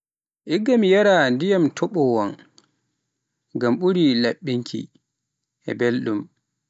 Igga mi yaara ndiyam topowan ngam ɓuri laɓɓinki e beldum